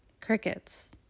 crickets